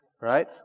Right